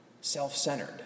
self-centered